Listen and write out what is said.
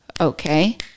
Okay